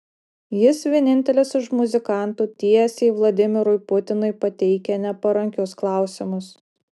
jis vienintelis iš muzikantų tiesiai vladimirui putinui pateikia neparankius klausimus